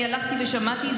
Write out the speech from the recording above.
אני הלכתי ושמעתי,